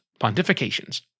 Pontifications